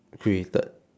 created